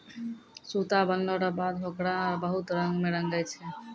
सूता बनलो रो बाद होकरा बहुत रंग मे रंगै छै